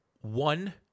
One